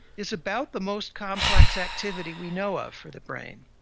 is about the most complex activity we know of for the brain.